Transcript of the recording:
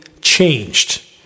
changed